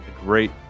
great